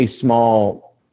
small